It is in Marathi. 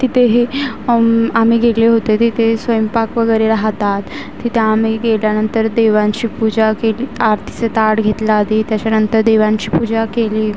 तिथे हे आम्ही गेले होते तिथे स्वयंपाक वगैरे राहतात तिथे आम्ही गेल्यानंतर देवांची पूजा केली आरतीचं ताट घेतलं आधी त्याच्यानंतर देवांची पूजा केली